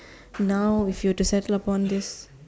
now if you were to settle upon on this